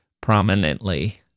prominently